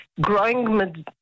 growing